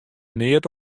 neat